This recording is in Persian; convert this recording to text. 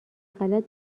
غلط